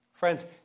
Friends